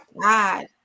God